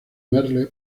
merle